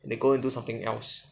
and go into something else